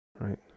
right